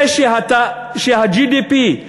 ה-GDP,